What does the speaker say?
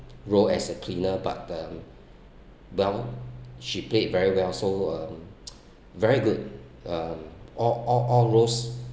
role as a cleaner but the um down she played very well so um very good uh all all all roles